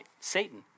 Satan